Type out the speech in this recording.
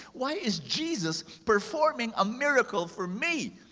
why is jesus performing a miracle for me?